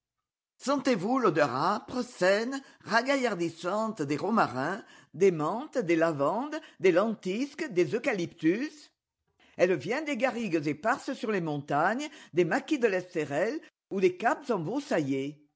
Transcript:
sentez-vous l'odeur âpre saine ragaillardissante des romarins des menthes des lavandes des lentisques des eucalyptus elle vient des garigues éparses sur les montagnes des maquis de l'esterel ou des caps embroussaillés